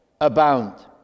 abound